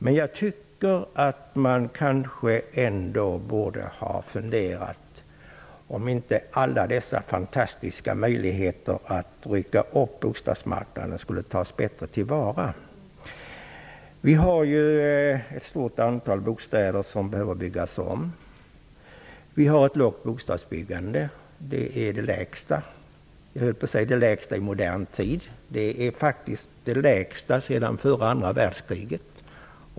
Men jag tycker att man kanske ändå borde ha funderat över om inte alla dessa fantastiska möjligheter att bygga upp bostadsmarknaden skulle kunna tas bättre till vara. Vi har ju ett stort antal bostäder som behöver byggas om. Vi har ett lågt bostadsbyggande. Jag höll på att säga att det är det lägsta i modern tid, men det är faktiskt det lägsta sedan före andra världskriget.